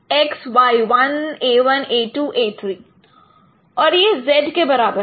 और यह z के बराबर है